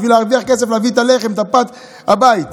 בשביל להרוויח לחם, להביא פת לחם הביתה.